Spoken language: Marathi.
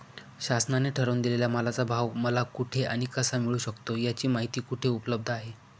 शासनाने ठरवून दिलेल्या मालाचा भाव मला कुठे आणि कसा मिळू शकतो? याची माहिती कुठे उपलब्ध आहे?